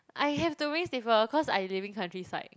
I have to bring slipper cause I leaving countryside